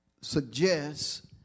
suggests